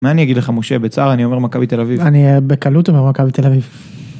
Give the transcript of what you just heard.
מה אני אגיד לך, משה, בצער אני אומר מכבי תל אביב. - אני בקלות אומר מכבי תל אביב.